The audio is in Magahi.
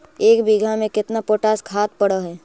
एक बिघा में केतना पोटास खाद पड़ है?